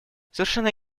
совершенно